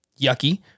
yucky